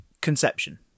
conception